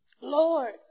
Lord